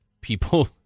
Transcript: people